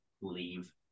leave